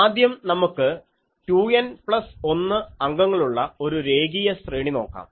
ആദ്യം നമുക്ക് 2N plus 1 അംഗങ്ങളുള്ള ഒരു രേഖീയ ശ്രേണി നോക്കാം